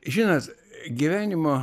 žinot gyvenimo